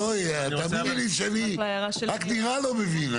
בואי, תאמיני לי שאני רק נראה לא מבין.